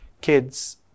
kids